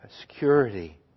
security